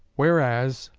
whereas,